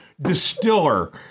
distiller